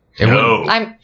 No